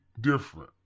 different